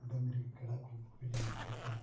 ᱰᱟᱹᱝᱨᱤ ᱠᱟᱰᱟ ᱠᱚ ᱜᱩᱯᱤ ᱞᱤᱧ ᱤᱫᱤ ᱠᱚᱣᱟ